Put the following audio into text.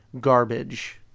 garbage